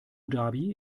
dhabi